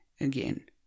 again